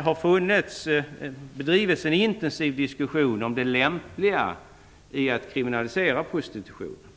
har bedrivits en intensiv diskussion om det lämpliga i att kriminalisera prostitutionen.